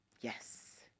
Yes